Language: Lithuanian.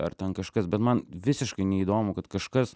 ar ten kažkas bet man visiškai neįdomu kad kažkas